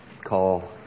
call